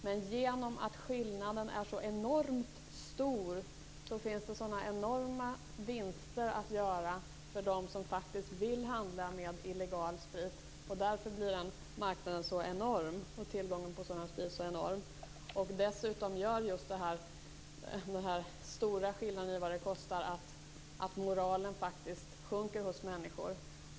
Men genom att skillnaden är så enormt stor, finns det enorma vinster att göra för dem som faktiskt vill handla med illegal sprit. Därför blir också marknaden för, och tillgången till, sådan sprit så enorm. Dessutom gör den här stora skillnaden i fråga om vad det kostar att moralen faktiskt sjunker hos människor.